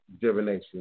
divination